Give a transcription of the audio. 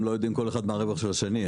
לא יודעים כל אחד מה הרווח של השני,